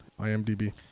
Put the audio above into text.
IMDB